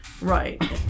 Right